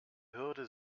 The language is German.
hürde